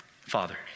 father